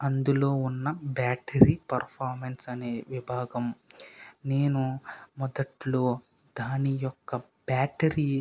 అందులో ఉన్న battery performance అనే విభాగం నేను మొదట్లో దాన్ని యొక్క బ్యాటరీ